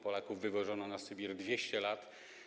Polaków wywożono na Sybir 200 lat.